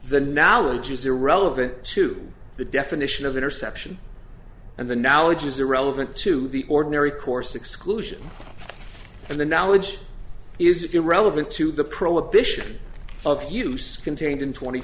the knowledge is irrelevant to the definition of interception and the knowledge is irrelevant to the ordinary course exclusion and the knowledge is irrelevant to the prohibition of use contained in twenty